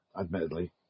admittedly